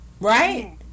right